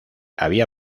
había